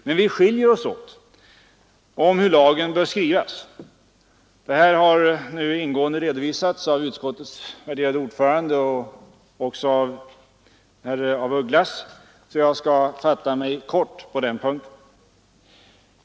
Men vi skiljer oss åt i uppfattningen om hur lagen bör skrivas. Detta har ingående redovisats av utskottets värderade ordförande liksom av herr af Ugglas så jag skall fatta mig kort på den punkten.